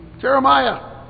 Jeremiah